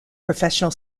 professional